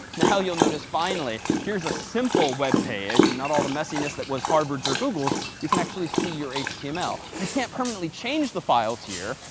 now you'll notice finally here's a simple web page, and not all the messiness that was harvard's or google's. you can actually see your html. you can't permanently change the files here,